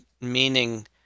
meaning